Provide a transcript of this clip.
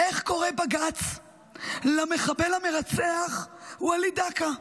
איך קורא בג"ץ למחבל המרצח וליד דקה,